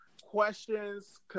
questions